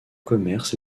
commerce